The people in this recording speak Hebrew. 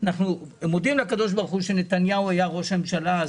אנחנו מודים לקדוש ברוך הוא שנתניהו היה ראש הממשלה,